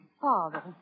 father